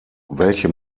welche